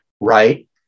right